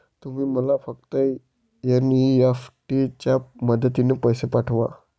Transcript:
तुम्ही मला फक्त एन.ई.एफ.टी च्या मदतीने पैसे पाठवा